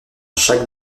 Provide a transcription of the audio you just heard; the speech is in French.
chaque